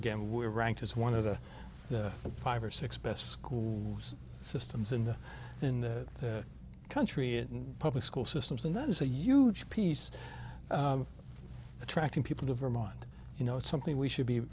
again we ranked as one of the five or six best schools systems in the in the country and public school systems and that is a huge piece of attracting people to vermont you know it's something we should be